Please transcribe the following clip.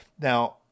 now